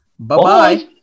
Bye-bye